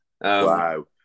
Wow